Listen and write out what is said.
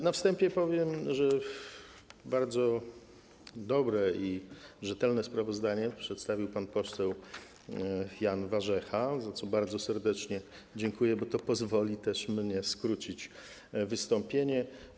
Na wstępie powiem, że bardzo dobre i rzetelne sprawozdanie przedstawił pan poseł Jan Warzecha, za co bardzo serdecznie dziękuję, bo to pozwoli mi też skrócić wystąpienie.